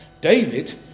David